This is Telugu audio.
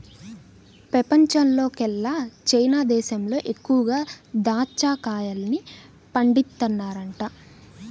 పెపంచంలోకెల్లా చైనా దేశంలో ఎక్కువగా దాచ్చా కాయల్ని పండిత్తన్నారంట